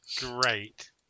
Great